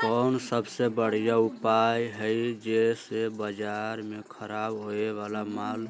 कोन सबसे बढ़िया उपाय हई जे से बाजार में खराब होये वाला माल